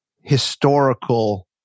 historical